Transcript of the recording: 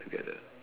together